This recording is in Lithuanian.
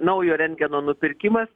naujo rentgeno nupirkimas